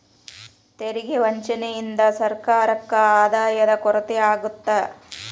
ತೆರಿಗೆ ವಂಚನೆಯಿಂದ ಸರ್ಕಾರಕ್ಕ ಆದಾಯದ ಕೊರತೆ ಆಗತ್ತ